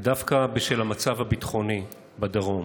ודווקא בשל המצב הביטחוני בדרום